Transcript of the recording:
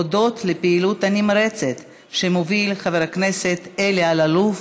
הודות לפעילות הנמרצת שמוביל חבר הכנסת אלי אלאלוף,